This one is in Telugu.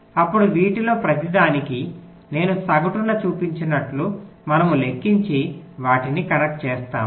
అప్పుడు వీటిలో ప్రతిదానికి నేను సగటును చూపించినట్లు మనము లెక్కించి వాటిని కనెక్ట్ చేస్తాము